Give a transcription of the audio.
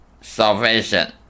salvation